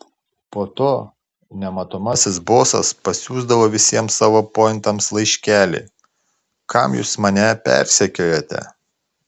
po to nematomasis bosas pasiųsdavo visiems savo pointams laiškelį kam jūs mane persekiojate